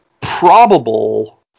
probable